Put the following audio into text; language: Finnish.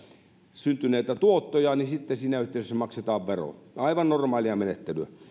syntyneitä tuottoja niin sitten siinä yhteydessä maksetaan vero aivan normaalia menettelyä